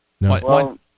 No